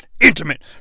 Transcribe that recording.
intimate